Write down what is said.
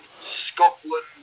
Scotland